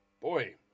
Boy